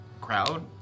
crowd